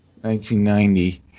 1990